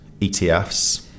ETFs